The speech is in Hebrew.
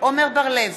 עמר בר-לב,